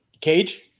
Cage